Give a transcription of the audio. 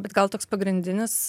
bet gal toks pagrindinis